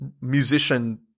musician